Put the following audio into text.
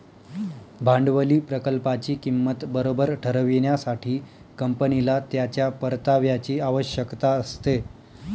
भांडवली प्रकल्पाची किंमत बरोबर ठरविण्यासाठी, कंपनीला त्याच्या परताव्याची आवश्यकता असते